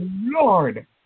Lord